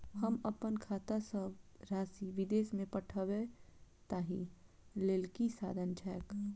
हम अप्पन खाता सँ राशि विदेश मे पठवै ताहि लेल की साधन छैक?